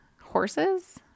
horses